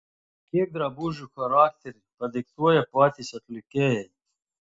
kiek drabužių charakterį padiktuoja patys atlikėjai